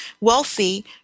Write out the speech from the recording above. wealthy